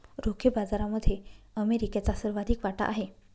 रोखे बाजारामध्ये अमेरिकेचा सर्वाधिक वाटा आहे